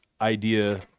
idea